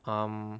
um